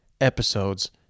episodes